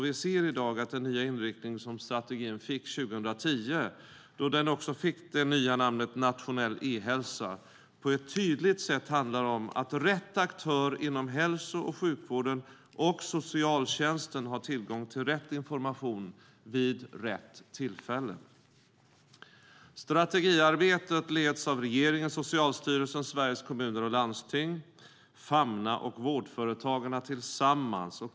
Vi ser i dag att den nya inriktning som strategin fick 2010, med det nya namnet Nationell e-hälsa, på ett tydligt sätt handlar om att rätt aktör inom hälso och sjukvården och socialtjänsten ska ha tillgång till rätt information vid rätt tillfälle. Strategiarbetet leds av regeringen, Socialstyrelsen, Sveriges Kommuner och Landsting, Famna och Vårdföretagarna tillsammans.